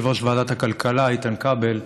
את יושב-ראש ועדת הכלכלה איתן כבל,